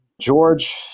George